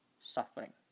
suffering